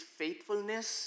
faithfulness